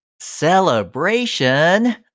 Celebration